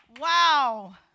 Wow